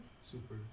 super